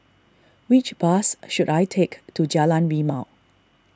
which bus should I take to Jalan Rimau